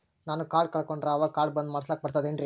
ನಾನು ಕಾರ್ಡ್ ಕಳಕೊಂಡರ ಅವಾಗ ಕಾರ್ಡ್ ಬಂದ್ ಮಾಡಸ್ಲಾಕ ಬರ್ತದೇನ್ರಿ?